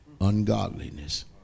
ungodliness